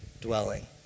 dwelling